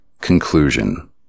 conclusion